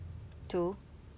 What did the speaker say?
too